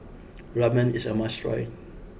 Ramen is a must try